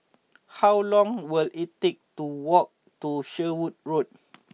how long will it take to walk to Sherwood Road